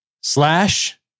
slash